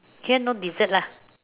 here no dessert lah